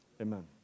Amen